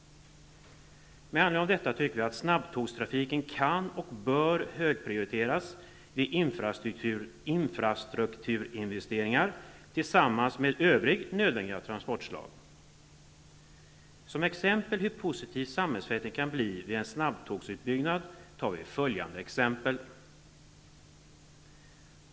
Med anledning av detta tycker vi att snabbtågstrafiken kan och bör högprioriteras vid infrastrukturinvesteringar tillsammans med övriga nödvändiga transportslag. Hur positiv samhällseffekten kan bli vid en snabbtågsutbyggnad visar följande exempel.